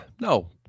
No